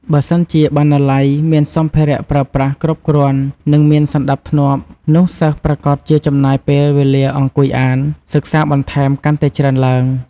បើសិនជាបណ្ណាល័យ មានសម្ភារៈប្រើប្រាស់គ្រប់គ្រាន់និងមានសណ្តាប់ធ្នាប់នោះសិស្សប្រាកដជាចំណាយពេលវេលាអង្គុយអាន សិក្សាបន្ថែមកាន់តែច្រើនទ្បើង។